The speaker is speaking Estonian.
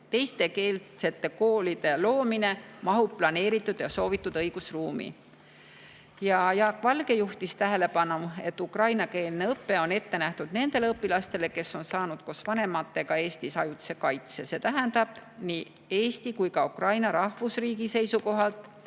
teiskeelsete koolide loomine mahub planeeritud ja soovitud õigusruumi. Jaak Valge juhtis tähelepanu, et ukrainakeelne õpe on ette nähtud nendele õpilastele, kes on saanud koos vanematega Eestis ajutise kaitse. See tähendab nii Eesti kui ka Ukraina rahvusriigi seisukohalt,